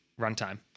runtime